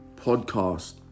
podcast